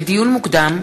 לדיון מוקדם: